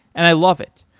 and i love it.